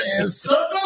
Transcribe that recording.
Circle